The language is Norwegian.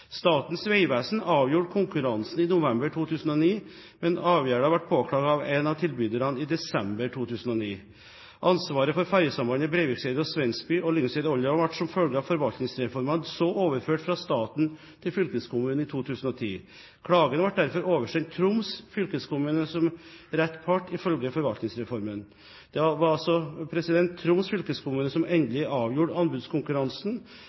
Statens vegvesen avgjorde konkurransen i november 2009, men avgjørelsen ble påklagd av en av tilbyderne i desember 2009. Ansvaret for fergesambandet Breivikeidet–Svensby og Lyngseidet–Olderdalen ble som følge av Forvaltningsreformen overført fra staten til fylkeskommunen i 2010. Klagen ble derfor oversendt Troms fylkeskommune som rett part, ifølge Forvaltningsreformen. Det var altså Troms fylkeskommune som endelig avgjorde anbudskonkurransen.